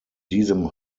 diesem